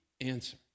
answer